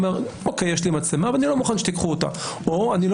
הוא אומר שיש לו את המצלמה אבל לא מוכן שייקחו אותה או הוא אומר שהוא